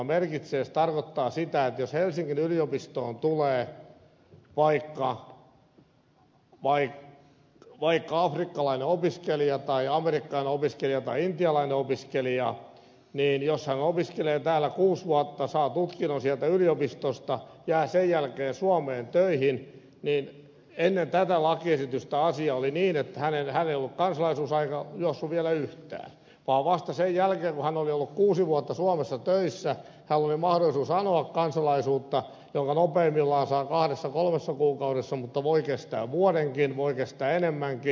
se tarkoittaa sitä että jos helsingin yliopistoon tulee vaikka afrikkalainen opiskelija tai amerikkalainen opiskelija tai intialainen opiskelija ja opiskelee täällä kuusi vuotta saa tutkinnon yliopistosta ja jää sen jälkeen suomeen töihin niin ennen tätä lakiesitystä asia oli niin että hänellä ei ollut kansalaisuusaika juossut vielä yhtään vaan vasta sen jälkeen kun hän oli ollut kuusi vuotta suomessa töissä hänellä oli mahdollisuus anoa kansalaisuutta jonka nopeimmillaan saa kahdessa kolmessa kuukaudessa mutta joka voi kestää vuodenkin voi kestää enemmänkin